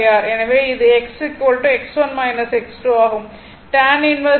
எனவே அது X X1 X2 ஆகும்